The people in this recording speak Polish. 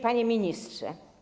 Panie Ministrze!